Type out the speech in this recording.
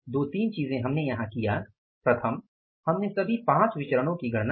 दो तीन चीजें हमने यहां किया प्रथम हमने सभी पाँच विचरणो की गणना की